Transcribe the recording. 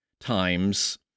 times